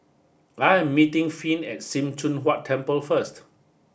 I am meeting Finn at Sim Choon Huat Temple first